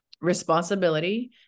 responsibility